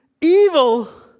evil